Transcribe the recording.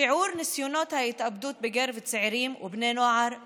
שיעור ניסיונות ההתאבדות בקרב צעירים ובני נוער עולה.